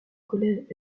collège